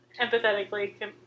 empathetically